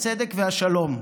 הצדק והשלום,